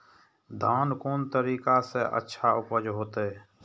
धान कोन तरीका से अच्छा उपज होते?